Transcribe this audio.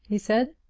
he said.